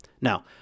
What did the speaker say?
Now